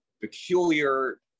peculiar